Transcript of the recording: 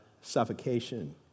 suffocation